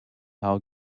how